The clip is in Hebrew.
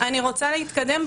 זה לא נכון.